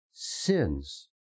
sins